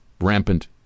rampant